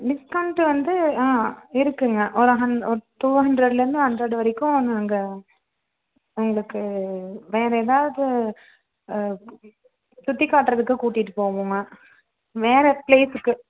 discount வந்து ஆ இருக்குதுங்க ஒரு ஹன் ஒரு டூ ஹண்ட்ரட்லேருந்து ஹண்ட்ரட் வரைக்கும் நாங்கள் உங்களுக்கு வேறு ஏதாவது சுற்றி காட்டுறதுக்கு கூட்டிகிட்டு போவோம்மா வேறு ப்ளேஸுக்கு